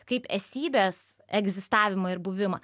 kaip esybės egzistavimą ir buvimą